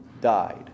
died